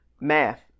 Math